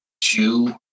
two